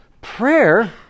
Prayer